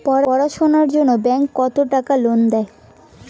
পড়াশুনার জন্যে ব্যাংক কত টাকা লোন দেয়?